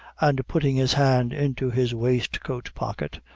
and putting his hand into his waistcoat pocket,